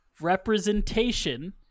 representation